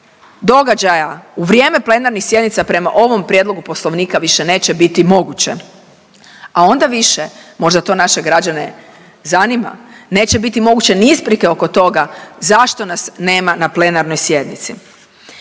događaja u vrijeme plenarnih sjednica prema ovom prijedlogu poslovnika više neće biti moguće. A onda više, možda to naše građane zanima, neće biti moguće ni isprike oko toga zašto nas nema na plenarnoj sjednici.